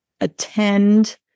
attend